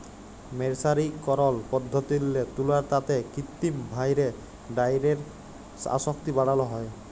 মের্সারিকরল পদ্ধতিল্লে তুলার তাঁতে কিত্তিম ভাঁয়রে ডাইয়ের আসক্তি বাড়ালো হ্যয়